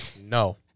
No